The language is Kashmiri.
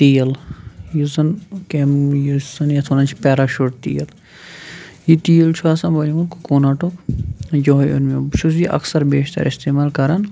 تیٖل یُس زَن کیاہ یُس زَن یَتھ وَنان چھِ پیراشوٗٹ تیٖل یہِ تیٖل چھُ آسان بنیومُت کوٚکوٗنَٹُک یُہوے اون مےٚ بہٕ چھُس یہِ اَکثَر بیشتَر اِستعمال کَران